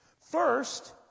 First